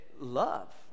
love